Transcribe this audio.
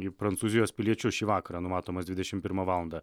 į prancūzijos piliečius šį vakarą numatomas dvidešimt pirmą valandą